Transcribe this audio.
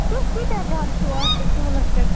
تُہۍ کٕتیٛاہ گَرٕ چھُو اَتھ چوٗلَس پٮ۪ٹھ